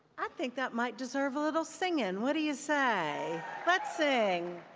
i think that might deserve a little singing. what do you say? let's sing.